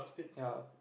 ya